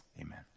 Amen